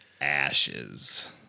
ashes